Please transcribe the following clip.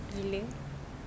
gila